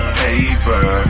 paper